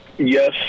yes